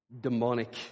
demonic